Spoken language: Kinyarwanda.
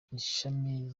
ishami